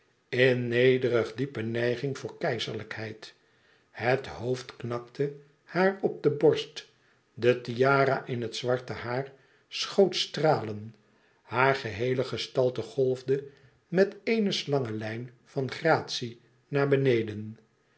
in nederig diepe nijging voor keizerlijkheid het hoofd knakte haar op de borst de tiara in het zwarte haar schoot stralen haar geheele gestalte golfde met ééne slangenlijn van gratie naar beneden